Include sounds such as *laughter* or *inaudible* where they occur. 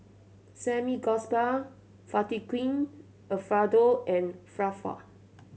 Samgyeopsal Fettuccine Alfredo and *unintelligible*